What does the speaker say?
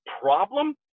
problem